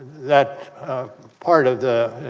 that a part of the